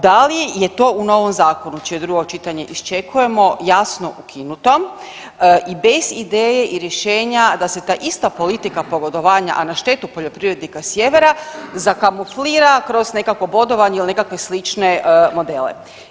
Da li je to u novom zakonu čije drugo čitanje iščekujemo jasno ukinuto i bez ideje i rješenja da se ta ista politika pogodovanja, a na štetu poljoprivrednika sjevera zakamuflira kroz nekakvo bodovanje ili nekakve slične modele?